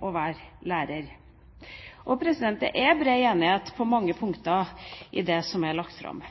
å være lærer. Det er bred enighet på mange punkter om det som er lagt fram.